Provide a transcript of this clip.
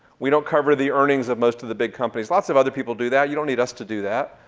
we don't cover the earnings of most of the big companies. lots of other people do that. you don't need us to do that.